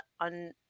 on